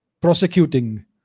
prosecuting